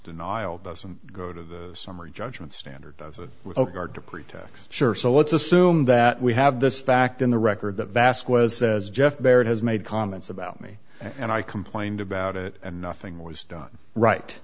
denial doesn't go to the summary judgment standard to pretax sure so let's assume that we have this fact in the record the vast was says jeff barrett has made comments about me and i complained about it and nothing was done right